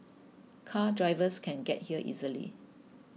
car drivers can get here easily